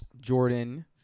Jordan